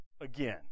again